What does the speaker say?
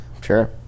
Sure